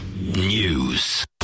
News